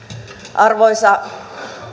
arvoisa